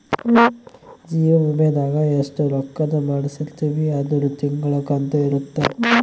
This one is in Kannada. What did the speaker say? ಜೀವ ವಿಮೆದಾಗ ಎಸ್ಟ ರೊಕ್ಕಧ್ ಮಾಡ್ಸಿರ್ತಿವಿ ಅದುರ್ ತಿಂಗಳ ಕಂತು ಇರುತ್ತ